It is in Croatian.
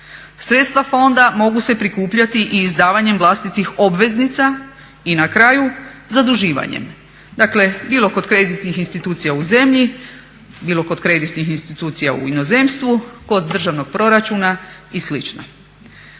Sredstva fonda mogu se prikupljati i izdavanjem vlastitih obveznica i na kraju zaduživanjem, dakle bilo kod kreditnih institucija u zemlji, bilo kod kreditnih institucija u inozemstvu, kod državnog proračuna i